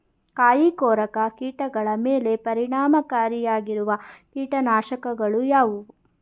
ಕಾಯಿಕೊರಕ ಕೀಟಗಳ ಮೇಲೆ ಪರಿಣಾಮಕಾರಿಯಾಗಿರುವ ಕೀಟನಾಶಗಳು ಯಾವುವು?